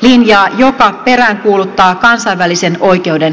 linjaa joka peräänkuuluttaa kansainvälisen oikeuden kunnioittamista